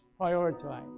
prioritize